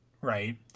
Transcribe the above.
right